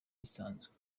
gisanzwe